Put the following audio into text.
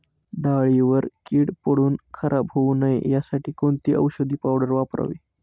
डाळीवर कीड पडून खराब होऊ नये यासाठी कोणती औषधी पावडर वापरावी?